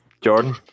Jordan